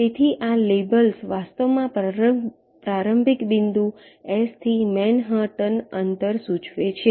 તેથી આ લેબલ્સ વાસ્તવમાં પ્રારંભિક બિંદુ S થી મેનહટન અંતર સૂચવે છે